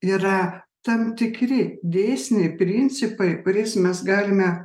yra tam tikri dėsniai principai kuriais mes galime